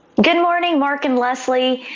good morning mark and leslie,